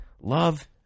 Love